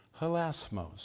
halasmos